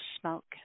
smoke